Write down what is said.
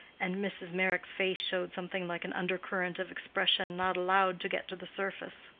and mrs. meyrick's face showed something like an under-current of expression not allowed to get to the surface.